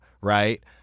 right